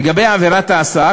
לגבי עבירת הסעה,